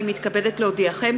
הנני מתכבדת להודיעכם,